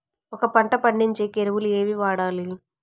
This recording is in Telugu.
ఒక పంట పండించేకి ఎరువులు ఏవి వాడాలి?